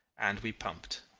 and we pumped.